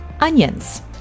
onions